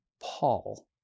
Paul